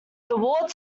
walled